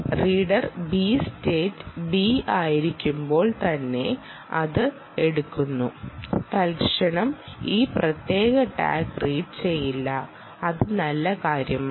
reader B state B ആയിരിക്കുമ്പോൾ തന്നെ അത് എടുക്കുന്നു തൽക്ഷണം ഈ പ്രത്യേക ടാഗ് റീഡ് ചെയ്യില്ല അത് നല്ല കാര്യമാണ്